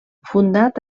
fundat